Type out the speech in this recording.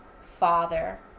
father